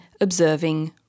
observing